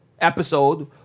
episode